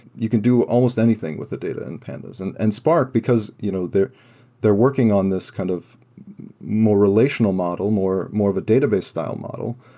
you can do almost anything with the data in and pandas. and and spark, because you know they're they're working on this kind of more relational model, more more of a database style model,